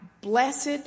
blessed